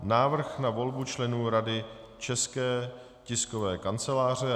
Návrh na volbu členů Rady České tiskové kanceláře